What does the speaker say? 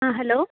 ആ ഹലോ